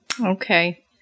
Okay